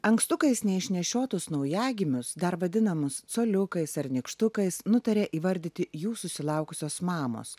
ankstukais neišnešiotus naujagimius dar vadinamus coliukais ar nykštukais nutarė įvardyti jų susilaukusios mamos